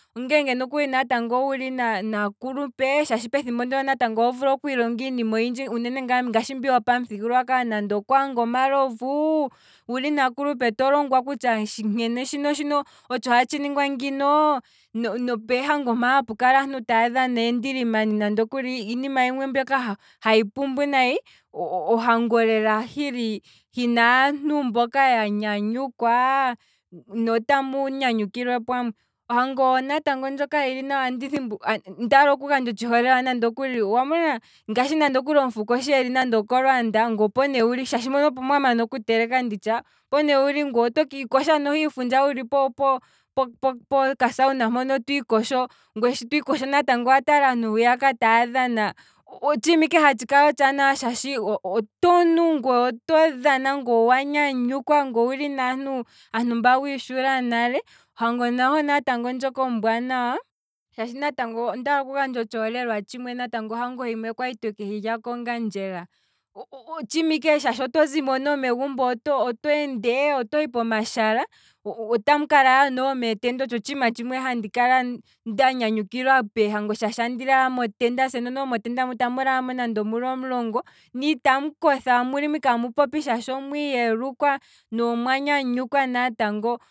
Ongeenge ne wuli naakupe, shaashi pethimbo ndono oho vulu okwiilonga iinima oyindji, uunene ngaa mbi yopamuthigululwa kalo, nande okwaanga omalovu, uunene wulinaakulupe to longwa kutya nkene shino otsho hatshi ningwa ngino, nopeehango mpono hapu kala aantu taya dhana eendilimani, iinima mboka hayi pumbu lela, ohango lela hina aantu mboka ya nyanyukwa ne otamu nyanyukilwa pamwe, ohango lela ndjoka hili nawa, ondaala oku gandja otshi holelwa nande okuli, owa mona nande okuli shi omufuko eli nande okolwaanda, shaashi mpono opo mwamana oku teleka nditya, opo ne wuli ngweye oto kiikosha iifundja wuli po- po- po- pokasawuna mpono twiikosho ngweye shi twiikosho owa tala aantu kondje hwiya taya dhana, otshiima ike hatshi kala otshaanawa ngweye otonu, ngweye oto dhana, ngweye owa nyanyukwa, ngweye owuli naantu mba wiishula nale, ohango natango ndjoka omwaanawa, natango ondaala oku gandja otshi holelwa tshimwe, ohango himwe kwali tweke hilya hwiya kongandjera, otshiima ike shaashi oto zimo nomegumbo, otweende, otohi pomashala, otamu kalala noho meetenda, otsho otshiima tshimwe handi kala nda nyanyukilwa peehango shaashi andi lala meetenda, se no noho motenda mono otamu lalamo muli nande omulongo ne itamu kotha, omulimo ike amu popi shaashi omwiiyelukwa ne omwa nyanyukwa natango